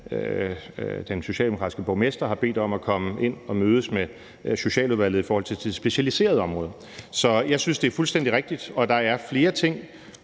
den socialdemokratiske borgmester har bedt om at komme ind og mødes med Socialudvalget i forhold til det specialiserede område. Så jeg synes, det er fuldstændig rigtigt, og der er flere ting